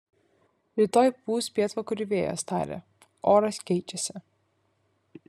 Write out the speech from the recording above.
rytoj pūs pietvakarių vėjas tarė oras keičiasi